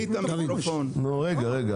קודם כול,